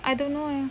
I don't know eh